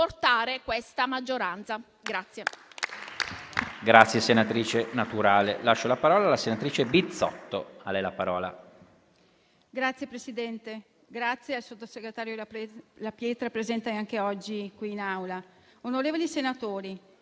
riportare questa maggioranza.